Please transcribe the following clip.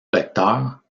vecteurs